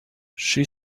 she